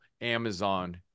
Amazon